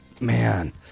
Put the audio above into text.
man